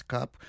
Cup